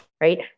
right